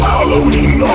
Halloween